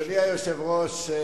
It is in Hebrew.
אדוני היושב-ראש,